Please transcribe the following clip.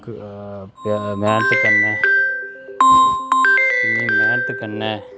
मैह्नत कन्नै पूरी मैह्नत कन्नै